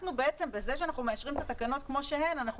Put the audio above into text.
בזה שאנחנו בעצם מאשרים את התקנות כמו שהן אנחנו